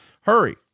Hurry